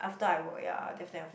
after I work ya definitely